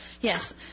Yes